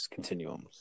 continuums